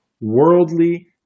worldly